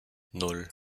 nan